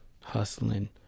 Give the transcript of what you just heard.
hustling